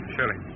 Surely